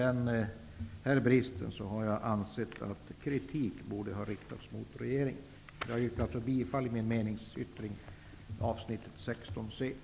Jag anser att kritik borde ha riktats mot regeringen för den bristen. Fru talman! Jag yrkar bifall till min meningsyttring i avsnitt 16 c.